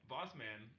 Bossman